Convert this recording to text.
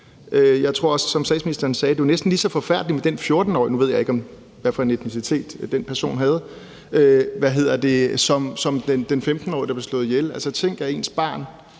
deres livsbane. Som statsministeren sagde, er det jo næsten lige så forfærdeligt med den 14-årige – nu ved jeg ikke, hvad for en etnicitet den person havde – som den 15-årige, der blev slået ihjel. Altså, tænk, at ens barn